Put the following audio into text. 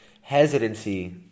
hesitancy